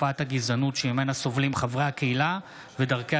תופעת הגזענות שממנה סובלים חברי הקהילה ודרכי